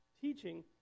teaching